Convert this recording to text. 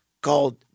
called